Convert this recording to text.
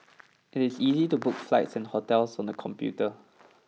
it is easy to book flights and hotels on the computer